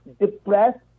depressed